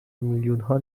میلیونها